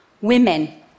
women